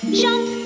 jump